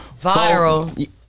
Viral